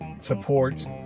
support